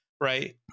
right